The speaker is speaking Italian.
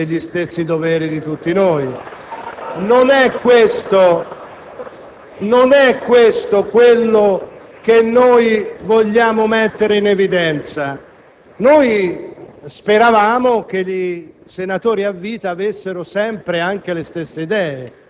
Presidente, io credo che non occorra l'intervento della collega Finocchiaro per sapere che i senatori a vita hanno gli stessi diritti e gli stessi doveri di tutti noi.